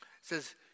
says